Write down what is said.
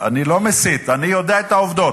אני לא מסית, אני יודע את העובדות.